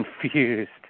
confused